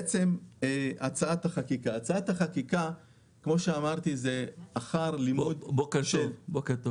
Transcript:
הצעת החקיקה היא לאחר לימוד -- בוקר טוב.